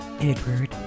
Edward